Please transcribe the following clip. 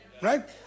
right